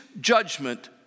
judgment